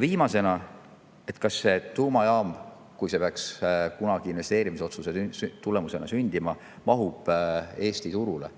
viimasena: kas tuumajaam, kui see peaks kunagi investeerimisotsuse tulemusena sündima, mahub Eesti turule?